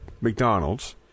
McDonald's